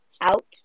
out